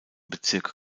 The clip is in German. bezirk